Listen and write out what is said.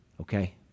okay